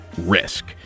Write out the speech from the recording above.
risk